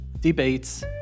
debates